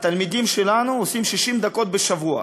התלמידים שלנו עושים 60 דקות בשבוע,